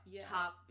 top